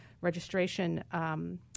registration